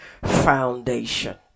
foundation